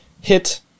hit